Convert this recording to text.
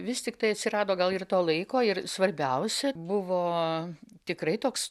vis tiktai atsirado gal ir to laiko ir svarbiausia buvo tikrai toks